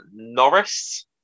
Norris